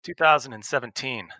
2017